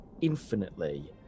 infinitely